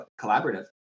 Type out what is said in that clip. collaborative